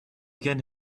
can